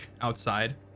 outside